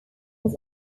was